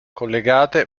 collegate